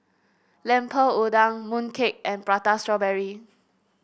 Lemper Udang mooncake and Prata Strawberry